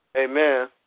Amen